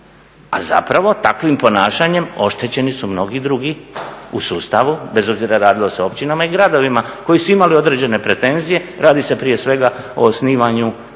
a zapravo takvim ponašanjem oštećeni su mnogi drugi bez obzira radilo se o općinama i gradovima koji su imali određene pretenzije, radi se prije svega o osnivanju kolege